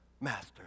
Master